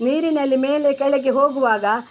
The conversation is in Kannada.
ನೀರಿನಲ್ಲಿ ಮೇಲೆ ಕೆಳಗೆ ಹೋಗುವಾಗ